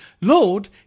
Lord